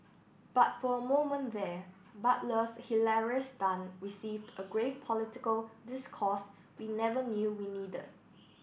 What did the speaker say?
but for a moment there Butler's hilarious stunt received a grave political discourse we never knew we needed